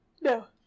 No